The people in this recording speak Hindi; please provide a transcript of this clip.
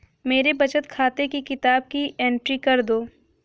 मेरे बचत खाते की किताब की एंट्री कर दो?